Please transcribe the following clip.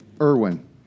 irwin